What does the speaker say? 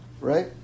right